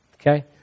Okay